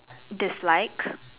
dislike